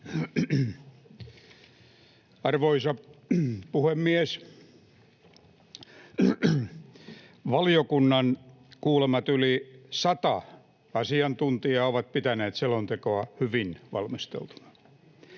Arvoisa puhemies! Valiokunnan kuulemat yli sata asiantuntijaa ovat pitäneet selontekoa hyvin valmisteltuna.